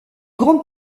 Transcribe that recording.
grande